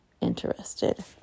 interested